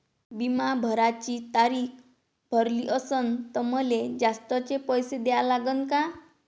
बिमा भराची तारीख भरली असनं त मले जास्तचे पैसे द्या लागन का?